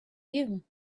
you